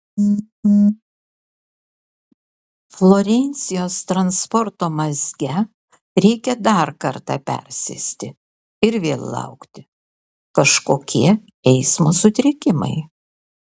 florencijos transporto mazge reikia dar kartą persėsti ir vėl laukti kažkokie eismo sutrikimai